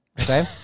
Okay